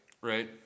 Right